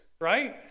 right